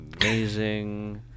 amazing